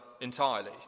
entirely